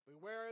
Beware